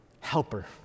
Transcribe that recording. helper